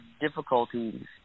difficulties